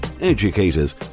educators